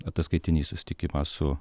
ataskaitinį susitikimą su